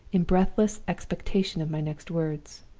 in breathless expectation of my next words.